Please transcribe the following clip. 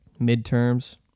midterms